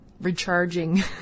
recharging